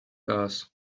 gas